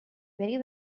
very